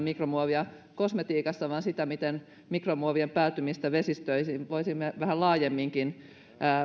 mikromuovia kosmetiikassa vaan myös sitä miten mikromuovien päätymistä vesistöihin voisimme vähän laajemminkin